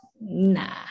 nah